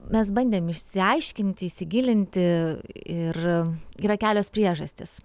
mes bandėm išsiaiškinti įsigilinti ir yra kelios priežastys